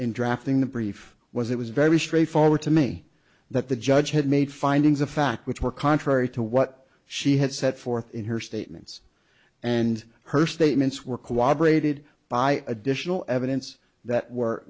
in drafting the brief was it was very straightforward to me that the judge had made findings of fact which were contrary to what she had set forth in her statements and her statements were cooperated by additional evidence that were